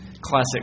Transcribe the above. classic